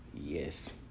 yes